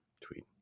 tweet